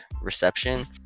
reception